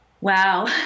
wow